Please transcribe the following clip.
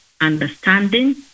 understanding